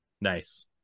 Nice